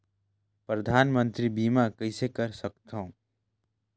परधानमंतरी बीमा कइसे कर सकथव?